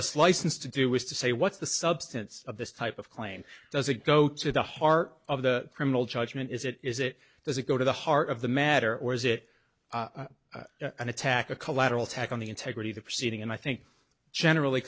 us license to do is to say what's the substance of this type of claim does it go to the heart of the criminal judgment is it is it does it go to the heart of the matter or is it an attack a collateral tack on the integrity of the proceeding and i think generally